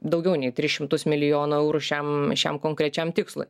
daugiau nei tris šimtus milijonų eurų šiam šiam konkrečiam tikslui